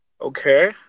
Okay